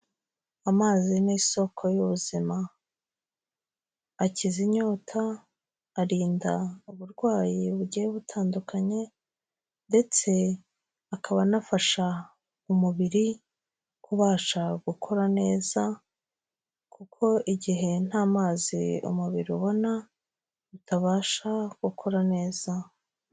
Amazi ni isoko y'ubuzima, akiza inyota, arinda uburwayi bugiye butandukanye ndetse akaba anafasha umubiri kubasha gukora neza kuko igihe nta mazi umubiri ubona, utabasha gukora neza.